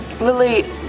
Lily